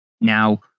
Now